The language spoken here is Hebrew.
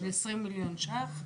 של 20 מיליון שלקלים,